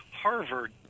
Harvard